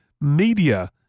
media